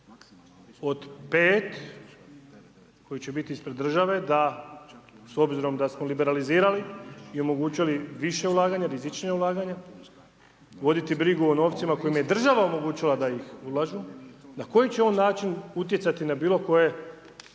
od 5 koji će biti ispred države, da, s obzirom da smo liberalizirali i omogućili više ulaganja, rizičnija ulaganja, voditi brigu o novcima kojim je država omogućila da ih ulažu, na koji će on način utjecati na bilo koje